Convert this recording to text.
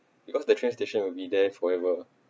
because the train station will be there forever